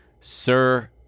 sir